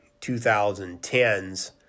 2010s